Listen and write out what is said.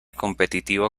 competitiva